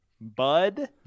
Bud